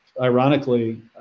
Ironically